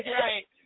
right